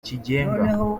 kigenga